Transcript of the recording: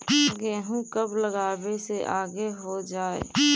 गेहूं कब लगावे से आगे हो जाई?